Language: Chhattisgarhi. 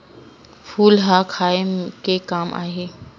फूल ह खाये के काम आही?